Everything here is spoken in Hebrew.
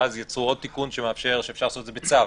ואז יצרו עוד תיקון שאפשר לעשות את זה בצו,